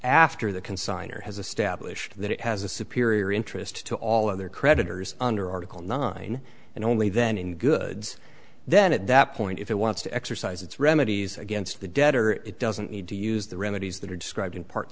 after the consigner has a stablished that it has a superior interest to all other creditors under article nine and only then in goods then at that point if it wants to exercise its remedies against the debtor it doesn't need to use the remedies that are described in part